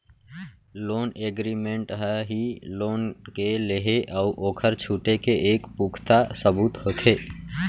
loan agreement ह ही loan के लेहे अउ ओखर छुटे के एक पुखता सबूत होथे